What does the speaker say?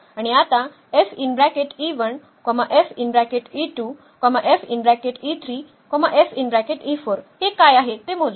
आणि आता हे काय आहे ते मोजू